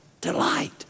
delight